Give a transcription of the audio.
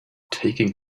taking